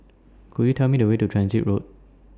Could YOU Tell Me The Way to Transit Road